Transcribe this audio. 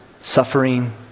suffering